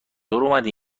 اومدی